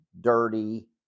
dirty